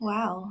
Wow